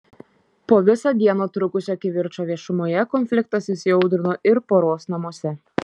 po visą dieną trukusio kivirčo viešumoje konfliktas įsiaudrino ir poros namuose